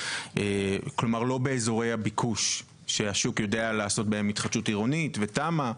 כלומר לא באזורי הביקוש שהשוק יודע לעשות בהם התחדשות עירונית ותמ"א.